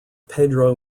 pedro